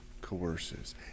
coerces